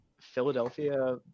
Philadelphia